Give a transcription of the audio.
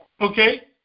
Okay